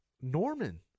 Norman